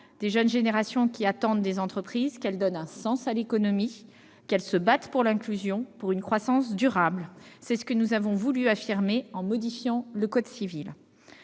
Les jeunes générations attendent des entreprises qu'elles donnent un sens à l'économie, qu'elles se battent pour l'inclusion et pour une croissance durable : c'est ce que nous avons voulu affirmer en modifiant le code civil.